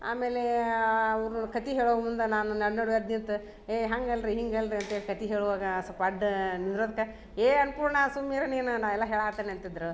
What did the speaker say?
ಆಮೇಲೆ ಅವ್ರ್ನ ಕತೆ ಹೇಳೂ ಮುಂದ ನಾನು ನಡ್ ನಡ್ವಾದ್ಯಂತ ಏ ಹಂಗೆ ಅಲ್ಲ ರೀ ಹಿಂಗೆ ಅಲ್ಲ ರೀ ಅಂತೇಳಿ ಕತೆ ಹೇಳ್ವಾಗ ಸೊಪ್ಪ ಅಡ್ಡಾ ನಿಂದ್ರದ್ಕ ಏ ಅನ್ನಪೂರ್ಣ ಸುಮ್ನಿರು ನೀನು ನಾ ಎಲ್ಲ ಹೇಳಾತಿನಿ ಅಂತಿದ್ರ